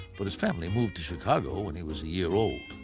but his family moved to chicago when he was a year old.